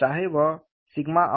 चाहे वह r और